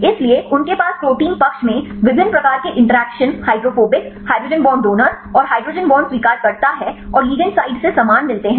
इसलिए उनके पास प्रोटीन पक्ष में विभिन्न प्रकार के interaction hydrophobic hydrogen bond donor और हाइड्रोजन बॉन्ड स्वीकारकर्ता हैं और लिगैंड साइड से समान मिलते हैं